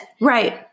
Right